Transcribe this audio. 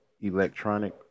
electronic